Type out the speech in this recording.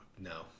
no